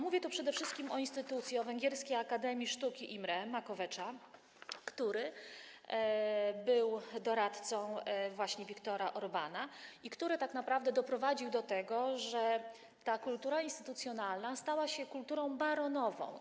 Mówię tu przede wszystkim o Węgierskiej Akademii Sztuki Imre Makovecza, który był doradcą Viktora Orbána i który tak naprawdę doprowadził do tego, że kultura instytucjonalna stała się kulturą baronową.